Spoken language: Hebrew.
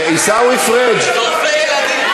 עיסאווי פריג' שורפי ילדים,